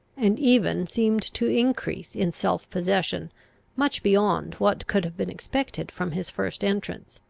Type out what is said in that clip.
and even seemed to increase in self-possession much beyond what could have been expected from his first entrance.